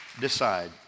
decide